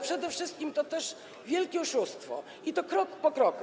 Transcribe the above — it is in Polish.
Przede wszystkim to też wielkie oszustwo, i to krok po kroku.